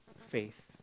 faith